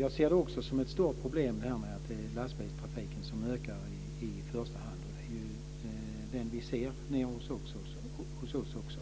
Jag ser det också som ett stort problem att det är lastbilstrafiken som ökar i första hand. Det är ju den som vi ser nere hos oss också.